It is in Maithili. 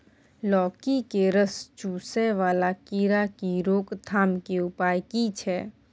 लौकी के रस चुसय वाला कीरा की रोकथाम के उपाय की छै?